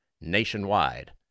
nationwide